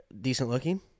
decent-looking